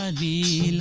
ah the and